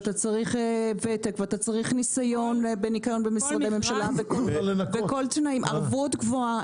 ותק וניסיון בניקיון משרדי ממשלה וערבות גבוהה.